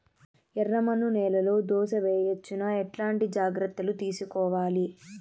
ఎర్రమన్ను నేలలో దోస వేయవచ్చునా? ఎట్లాంటి జాగ్రత్త లు తీసుకోవాలి?